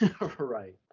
Right